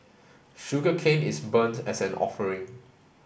sugarcane is burnt as an offering